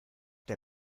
der